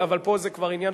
אבל כנראה שיתפתי אתכם